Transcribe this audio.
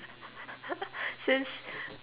since